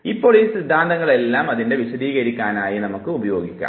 ഇപ്പോൾ ഈ സിദ്ധാന്തങ്ങളെല്ലാം അതിനെ വിശദീകരിക്കാനായി ഉപയോഗിക്കാം